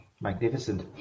Magnificent